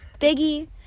Biggie